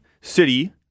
city